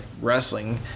wrestling